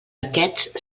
aquests